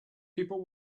people